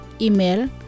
Email